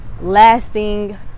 lasting